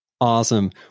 Awesome